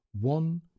one